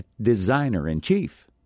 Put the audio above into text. designer-in-chief